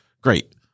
great